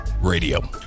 Radio